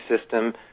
system